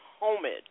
homage